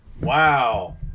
Wow